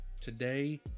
Today